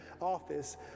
office